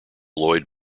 lloyd